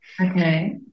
Okay